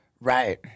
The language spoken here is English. Right